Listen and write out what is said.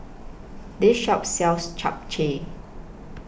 This Shop sells Chap Chai